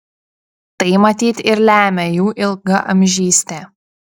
tai matyt ir lemia jų ilgaamžystę